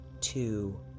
two